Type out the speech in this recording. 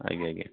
ଆଜ୍ଞା ଆଜ୍ଞା